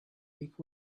week